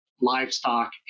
Livestock